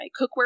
cookware